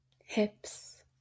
hips